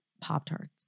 Pop-Tarts